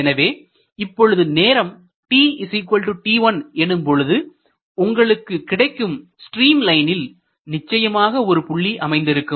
எனவே இப்பொழுது நேரம் tt1 எனும் பொழுது உங்களுக்கு கிடைக்கும் ஸ்ட்ரீம் லைனில் நிச்சயமாக ஒரு புள்ளி அமைந்திருக்கும்